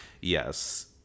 Yes